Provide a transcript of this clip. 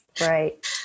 right